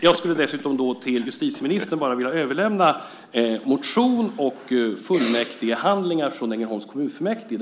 Jag skulle dessutom vilja överlämna till justitieministern motions och fullmäktigehandlingar från Ängelholms kommunfullmäktige.